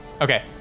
Okay